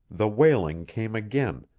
the wailing came again,